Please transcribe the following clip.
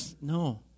no